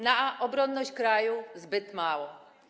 Na obronność kraju - zbyt mało.